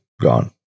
gone